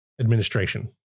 administration